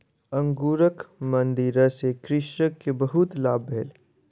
अंगूरक मदिरा सॅ कृषक के बहुत लाभ भेल